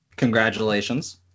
Congratulations